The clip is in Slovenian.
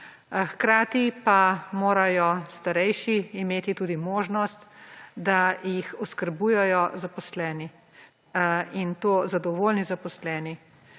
Hkrati pa morajo starejši imeti tudi možnost, da jih oskrbujejo zaposleni, in to zadovoljni zaposleni.